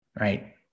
right